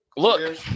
Look